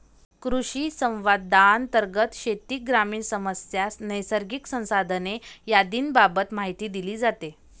कृषिसंवादांतर्गत शेती, ग्रामीण समस्या, नैसर्गिक संसाधने आदींबाबत माहिती दिली जाते